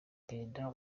perezida